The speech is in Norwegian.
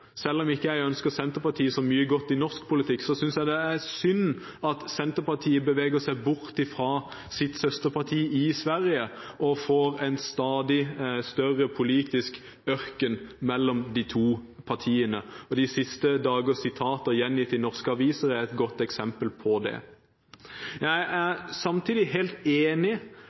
synd at de beveger seg bort fra sitt søsterparti i Sverige og slik får en stadig større politisk ørken mellom de to partiene. De siste dagers sitater gjengitt i norske aviser er et godt eksempel på det. Jeg er samtidig helt enig